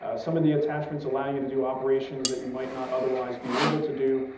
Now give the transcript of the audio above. ah some of the attachments allow you to do operations that you might not otherwise be able to do,